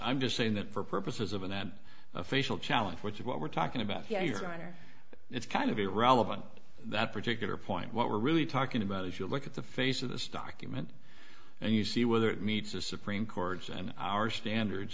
'm just saying that for purposes of in that official challenge which is what we're talking about here your honor it's kind of irrelevant that particular point what we're really talking about is you look at the face of this document and you see whether it meets the supreme court's and our standards